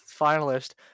finalist